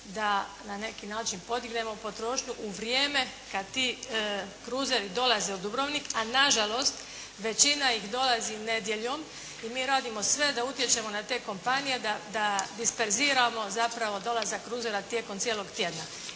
da na neki način podignemo potrošnju u vrijeme kad ti cruseri dolaze u Dubrovnik a nažalost većina ih dolazi nedjeljom i mi radimo sve da utječemo na te kompanije da disperziramo zapravo dolazak crusera tijekom cijelog tjedna.